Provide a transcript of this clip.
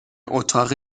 اتاق